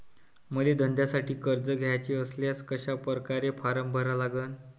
मले धंद्यासाठी कर्ज घ्याचे असल्यास कशा परकारे फारम भरा लागन?